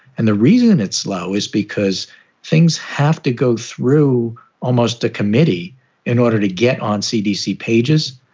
and the reason it's slow is because things have to go through almost a committee in order to get on cdc pages.